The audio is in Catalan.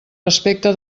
respecte